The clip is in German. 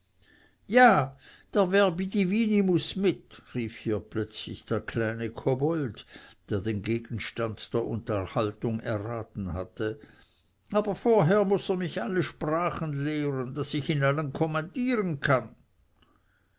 ja der verbi divini muß mit rief hier plötzlich der kleine kobold der den gegenstand der unterhaltung erraten hatte aber vorher muß er mich alle sprachen lehren daß ich in allen kommandieren kann